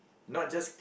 not just